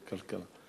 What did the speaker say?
כלכלה.